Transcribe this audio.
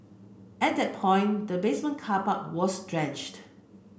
at that point the basement car park was drenched